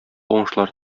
уңышлар